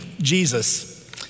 Jesus